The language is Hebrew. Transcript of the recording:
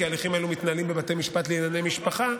כי ההליכים הללו מתנהלים בבתי משפט לענייני משפחה,